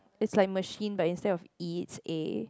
it's like machine but instead of E it's A